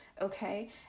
okay